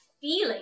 feeling